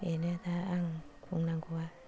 बेनो दा आं बुंनांगौआ